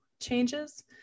changes